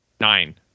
nine